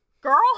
Girl